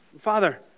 Father